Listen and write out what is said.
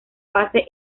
base